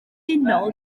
unol